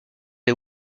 des